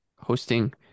Hosting